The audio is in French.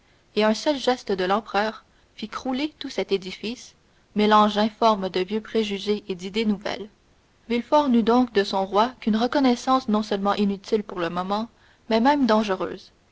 et un seul geste de l'empereur fit crouler tout cet édifice mélange informe de vieux préjugés et d'idées nouvelles villefort n'eut donc de son roi qu'une reconnaissance non seulement inutile pour le moment mais même dangereuse